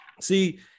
See